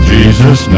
Jesus